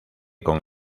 con